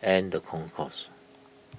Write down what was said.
and the Concourse